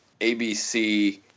ABC